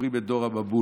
עוברים את דור המבול,